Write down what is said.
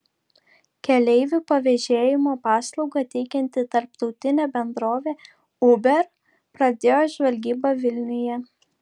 keleivių pavėžėjimo paslaugą teikianti tarptautinė bendrovė uber pradėjo žvalgybą vilniuje